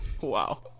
Wow